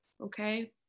okay